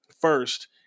first